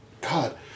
God